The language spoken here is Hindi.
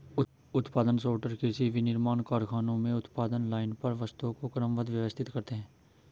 उत्पादन सॉर्टर कृषि, विनिर्माण कारखानों में उत्पादन लाइन पर वस्तुओं को क्रमबद्ध, व्यवस्थित करते हैं